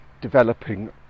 developing